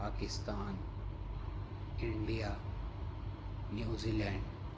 Pakistan India New Zealand